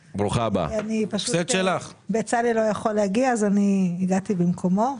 פשוט בצלאל לא יכול להגיע אז הגעתי במקומו.